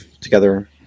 together